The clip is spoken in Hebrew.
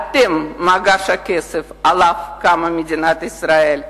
אתם מגש הכסף שעליו קמה מדינת ישראל.